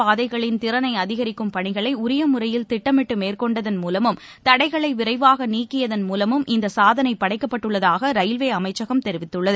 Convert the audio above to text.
பாதைகளின் திறனைஅதிகிக்கும் பணிகளைஉரியமுறையில் திட்டமிட்டுமேற்கொண்டதன் ரயில் மூலமும் தடைகளைவிரைவாகநீக்கியதன் மூலமும் இந்தசாதனைபடைக்கப்பட்டுள்ளதாகரயில்வேஅமைச்சகம் தெரிவித்துள்ளது